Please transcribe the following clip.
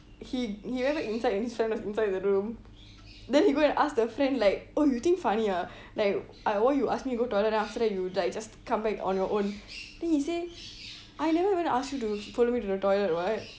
he he went to inside his friend was inside the room then he go and ask the friend like oh you think funny ah like why you go ask me go toilet then after that you like just come back on your own then he say I never even ask you to follow me to the toilet [what]